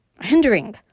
hindering